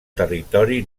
territori